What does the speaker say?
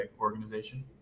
organization